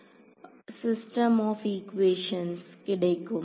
system of equations கிடைக்கும்